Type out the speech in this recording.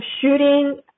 shooting